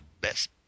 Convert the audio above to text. best